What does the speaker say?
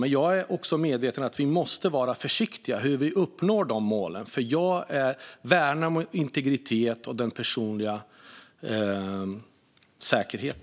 Men jag är medveten om att vi måste vara försiktiga med hur vi uppnår målen, för jag värnar om integritet och personlig säkerhet.